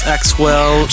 Axwell